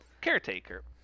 Caretaker